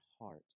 heart